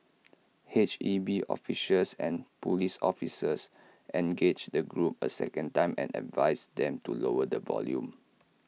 H E B officials and Police officers engaged the group A second time and advised them to lower the volume